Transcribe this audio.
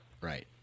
right